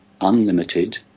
unlimited